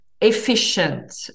efficient